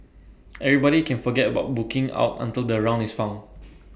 everybody can forget about booking out until the round is found